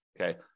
Okay